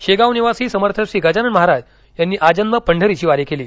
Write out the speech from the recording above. शेगावनिवासी समर्थ श्री गजानन महाराज यांनी आजन्म पंढरीची वारी केली